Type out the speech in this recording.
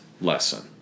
lesson